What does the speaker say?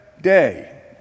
day